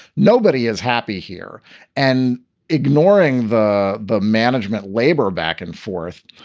nobody is happy here and ignoring the the management labor back and forth.